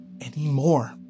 anymore